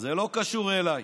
זה לא קשור אליי,